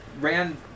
ran